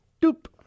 Doop